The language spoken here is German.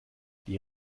die